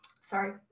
sorry